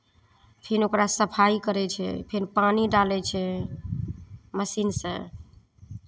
फेर ओकरा सफाइ करै छै फेर पानि डालै छै मशीनसँ